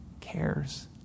cares